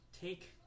take